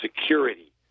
security